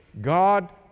God